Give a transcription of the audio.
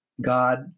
God